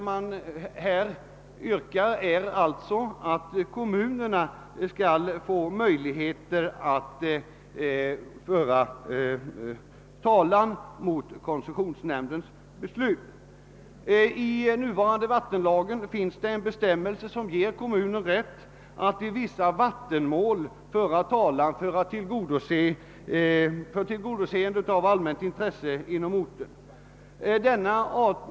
Man yrkar att kommunerna skall få möjlighet att föra talan mot koncessionsnämndens beslut. I den nuvarande vattenlagen finns en bestämmelse som ger kommun rätt att i vissa vattenmål föra talan för att tillgodose ett allmänt intresse inom orten.